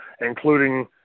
including